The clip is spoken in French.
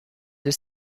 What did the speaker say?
deux